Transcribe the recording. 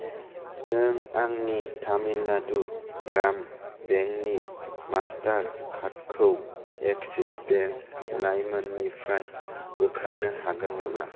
नों आंनि तामिलनाडु ग्राम बेंक नि मास्टार कार्ड खौ एक्सिस बेंक लाइम निफ्राय बोखारनो हागोन नामा